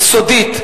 יסודית,